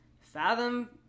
Fathom